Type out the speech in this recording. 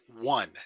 one